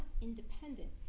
independent